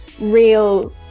real